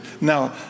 now